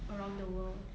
around the world